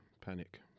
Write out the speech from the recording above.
panic